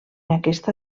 aquesta